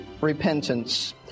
repentance